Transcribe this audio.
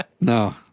No